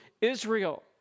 Israel